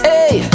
Hey